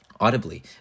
audibly